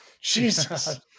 Jesus